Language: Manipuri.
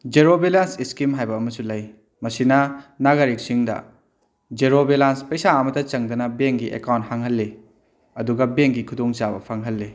ꯖꯦꯔꯣ ꯕꯦꯂꯦꯟꯁ ꯏꯁꯀꯤꯝ ꯍꯥꯏꯕ ꯑꯃꯁꯨ ꯂꯩ ꯃꯁꯤꯅ ꯅꯥꯒꯔꯤꯛꯁꯤꯡꯗ ꯖꯦꯔꯣ ꯕꯦꯂꯦꯟꯁ ꯄꯩꯁꯥ ꯑꯃꯠꯇ ꯆꯪꯗꯅ ꯕꯦꯡꯒꯤ ꯑꯦꯀꯥꯎꯟ ꯍꯥꯡꯍꯜꯂꯤ ꯑꯗꯨꯒ ꯕꯦꯡꯒꯤ ꯈꯨꯗꯣꯡ ꯆꯥꯕ ꯐꯪꯍꯜꯂꯤ